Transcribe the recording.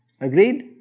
Agreed